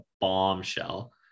bombshell